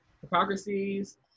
hypocrisies